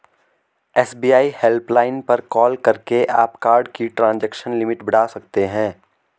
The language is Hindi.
एस.बी.आई हेल्पलाइन पर कॉल करके आप कार्ड की ट्रांजैक्शन लिमिट बढ़ा सकते हैं